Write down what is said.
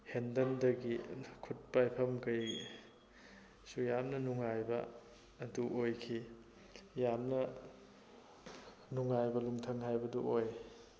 ꯍꯦꯟꯗꯜꯗꯒꯤ ꯈꯨꯠ ꯄꯥꯏꯐꯝ ꯀꯩ ꯁꯨ ꯌꯥꯝꯅ ꯅꯨꯡꯉꯥꯏꯕ ꯑꯗꯨ ꯑꯣꯏꯈꯤ ꯌꯥꯝꯅ ꯅꯨꯡꯉꯥꯏꯕ ꯅꯨꯡꯊꯪ ꯍꯥꯏꯕꯗꯣ ꯑꯣꯏ